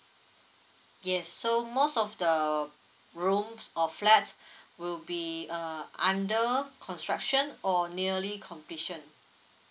yes so most of the rooms or flats will be uh under construction or nearly completion